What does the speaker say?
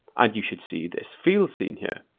and you should see this field scene here.